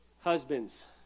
Husbands